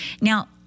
Now